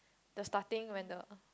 the starting when the